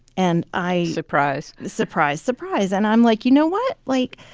and i. surprise surprise, surprise. and i'm like, you know what? like,